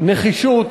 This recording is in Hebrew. ובנחישות